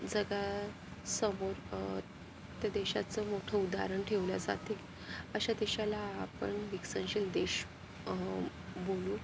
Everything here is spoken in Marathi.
जगासमोर त्या देशाचं मोठं उदाहरण ठेवलं जाते अशा देशाला आपण विकसनशील देश बोलू